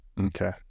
Okay